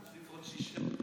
הוסיף עוד שישה.